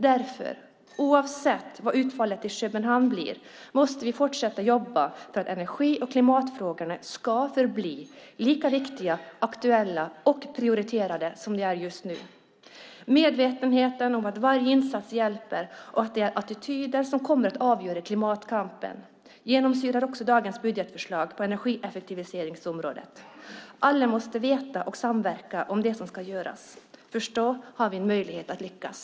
Därför, oavsett vad utfallet i Köpenhamn blir, måste vi fortsätta jobba för att energi och klimatfrågorna ska förbli lika viktiga, aktuella och prioriterade som de är just nu. Medvetenheten om att varje insats hjälper och att det är attityder som kommer att avgöra klimatkampen genomsyrar också dagens budgetförslag på energieffektiviseringsområdet. Alla måste veta och samverka om det som ska göras. Först då har vi möjlighet att lyckas.